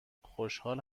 خوشحال